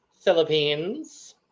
philippines